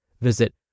Visit